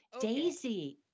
Daisy